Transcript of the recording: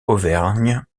auvergne